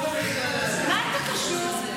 מה זה קשור?